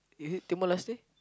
is it Timor-Leste